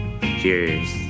Cheers